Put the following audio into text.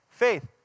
faith